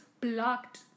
Blocked